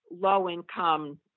low-income